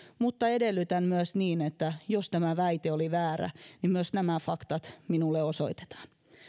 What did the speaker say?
edellytän myös että jos tämä väite oli väärä myös nämä faktat minulle osoitetaan